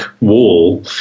wall